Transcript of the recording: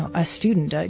a student, ah